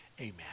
Amen